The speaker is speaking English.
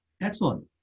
Excellent